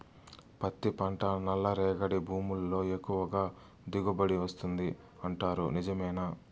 పత్తి పంట నల్లరేగడి భూముల్లో ఎక్కువగా దిగుబడి వస్తుంది అంటారు నిజమేనా